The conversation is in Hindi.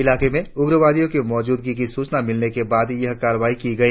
इलाके में उग्रवादियों की मौजूदगी की सूचना मिलने के बाद यह कार्रवाई की गई